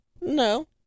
No